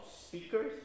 speakers